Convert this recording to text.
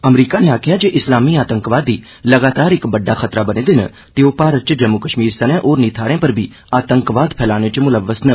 अमरीका न आखेआ ऐ जे इस्लामी आतंकवादी लगातार इक बड्डा खतरा बने दे न ते ओह भारत च जम्मू कश्मीर सने होरनें थाहें पर बी आतंकवाद फैलाने च मुलव्वस न